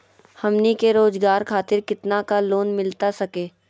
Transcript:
हमनी के रोगजागर खातिर कितना का लोन मिलता सके?